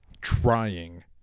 trying